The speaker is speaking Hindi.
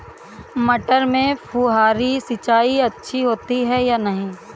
मटर में फुहरी सिंचाई अच्छी होती है या नहीं?